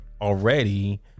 already